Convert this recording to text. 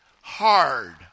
hard